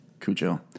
Cujo